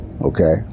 Okay